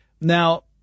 Now